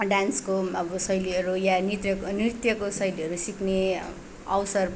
डान्सको शैलीहरू या नृत्य नृत्यको शैलीहरू सिक्ने अवसर